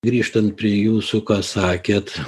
grįžtant prie jūsų ką sakėt